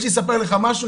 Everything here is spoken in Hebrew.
יש לי לספר לך משהו,